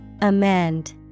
Amend